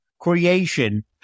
creation